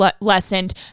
lessened